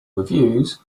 reviews